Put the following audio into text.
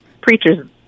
preacher's